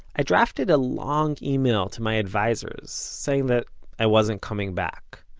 i drafted a long email to my advisors saying that i wasn't coming back.